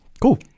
cool